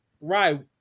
Right